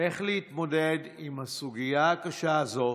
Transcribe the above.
איך להתמודד עם הסוגיה הקשה הזו,